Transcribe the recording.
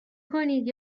کنید